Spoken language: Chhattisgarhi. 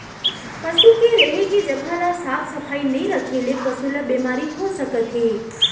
पसू के रेहे के जघा ल साफ सफई नइ रखे ले पसु ल बेमारी हो सकत हे